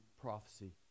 prophecy